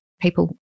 people